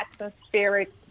atmospheric